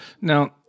Now